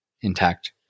intact